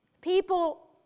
People